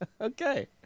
Okay